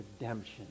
redemption